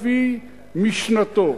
כי זה היה לפי משנתו,